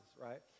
right